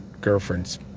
girlfriends